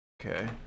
Okay